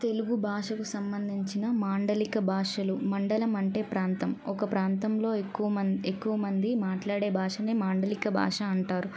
తెలుగు భాషకు సంబంధించిన మాండలిక భాషలు మండలం అంటే ప్రాంతం ఒక ప్రాంతంలో ఎక్కువ మంది ఎక్కువ మంది మాట్లాడే భాషని మాండలిక భాష అంటారు